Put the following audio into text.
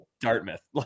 Dartmouth